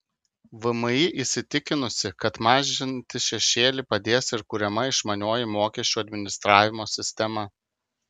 vmi įsitikinusi kad mažinti šešėlį padės ir kuriama išmanioji mokesčių administravimo sistema